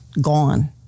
gone